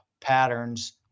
patterns